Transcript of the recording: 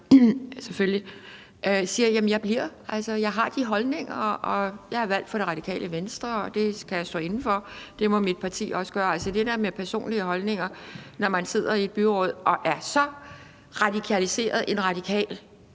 bliver, for jeg har de holdninger, og jeg er valgt for Radikale Venstre, og det kan jeg stå inde for, og det må mit parti også gøre? Det der med personlige holdninger, når man sidder i et byråd og er så radikaliseret en radikal,